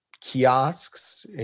kiosks